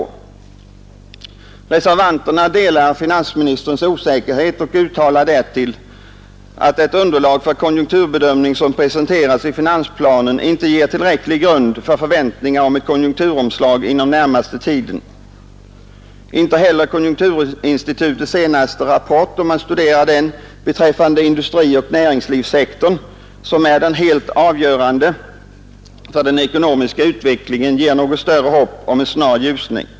Vi reservanter delar finansministerns osäkerhet och uttalar därtill, att det underlag för konjunkturbedömningen som presenteras i finansplanen inte ger tillräcklig grund för förväntningar om ett konjunkturomslag inom den närmaste tiden. Inte heller ett studium av industrioch näringslivssektorn, vilken är den helt avgörande för den ekonomiska utvecklingen, i konjunkturinstitutets senaste rapport ger något större hopp om en snar ljusning.